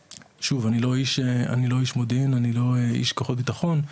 ושוב אני לא איש מודיעין ואני לא איש כוחות ביטחון,